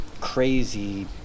Crazy